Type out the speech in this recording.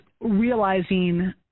realizing